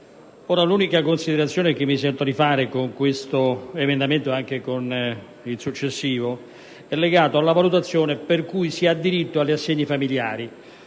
L'unica considerazione che mi sento di fare, con l'emendamento 3.0.600 e con il successivo, è legata alla valutazione del diritto agli assegni familiari.